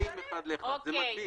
אין מספרים אחד לאחד, זה מדביק.